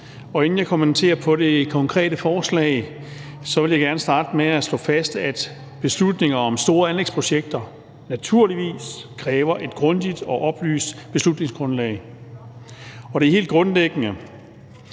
inden jeg kommenterer på det konkrete forslag, vil jeg gerne starte med at slå fast, at beslutninger om store anlægsprojekter naturligvis kræver et grundigt og oplyst beslutningsgrundlag, og det er helt grundlæggende.